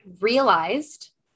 realized